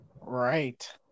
right